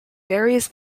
varies